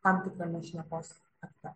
tam tikrame šnekos akte